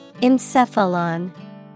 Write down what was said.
Encephalon